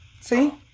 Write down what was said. See